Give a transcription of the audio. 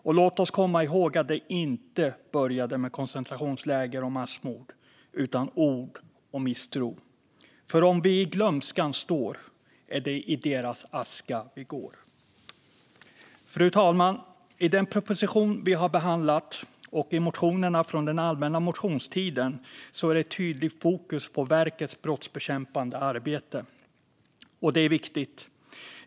Och låt oss komma ihåg att det inte började med koncentrationsläger och massmord, utan med ord och misstro. Om vi i glömskan står är det i deras aska vi går. Fru talman! I den proposition vi har behandlat och i motionerna från allmänna motionstiden är det ett tydligt fokus på verkets brottsbekämpande arbete, och det är viktigt.